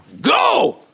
Go